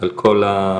על כל הבעיות,